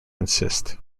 insist